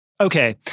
Okay